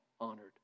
honored